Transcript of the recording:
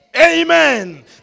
Amen